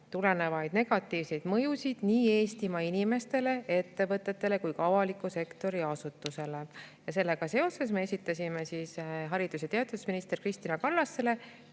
tulenevaid negatiivseid mõjusid nii Eestimaa inimestele, ettevõtetele kui ka avaliku sektori asutustele. Sellega seoses me esitasime haridus- ja teadusminister Kristina Kallasele